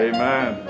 Amen